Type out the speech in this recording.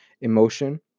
emotion